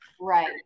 Right